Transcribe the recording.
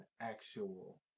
actual